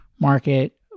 market